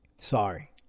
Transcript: Sorry